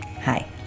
Hi